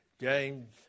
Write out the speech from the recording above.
James